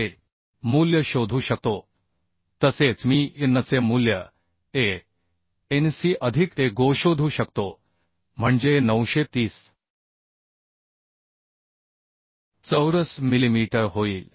चे मूल्य शोधू शकतो तसेच मी Anचे मूल्य Anc अधिक Agoशोधू शकतो म्हणजे हे 930 चौरस मिलिमीटर होईल